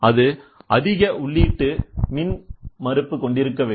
அது அதிக உள்ளீட்டு மின்மறுப்பு கொண்டிருக்க வேண்டும்